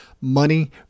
money